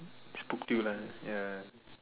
spooked you lah ya